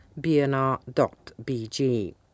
bnr.bg